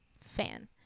fan